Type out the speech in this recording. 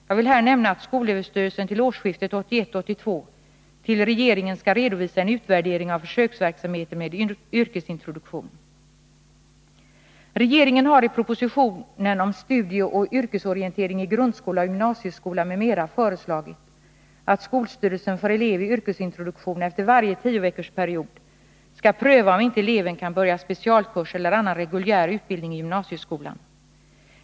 Jag vill här nämna att skolöverstyrelsen till årsskiftet 1981-1982 till regeringen skall redovisa en utvärdering av försöksverksamheten med yrkesintroduktion.